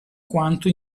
quanto